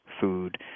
food